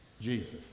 Jesus